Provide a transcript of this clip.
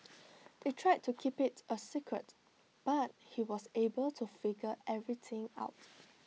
they tried to keep IT A secret but he was able to figure everything out